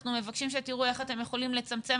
אנחנו מבקשים שתראו איך אתם יכולים לצמצם